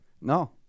no